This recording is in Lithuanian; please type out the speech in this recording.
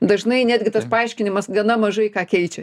dažnai netgi tas paaiškinimas gana mažai ką keičia